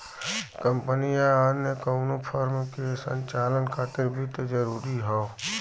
company या अन्य कउनो फर्म के संचालन खातिर वित्त जरूरी हौ